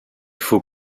faut